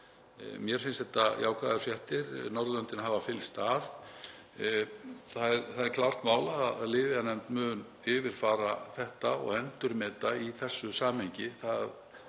Mér finnst þetta jákvæðar fréttir. Norðurlöndin hafa fylgst að. Það er klárt mál að lyfjanefnd mun yfirfara þetta og endurmeta í þessu samhengi,